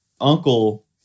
uncle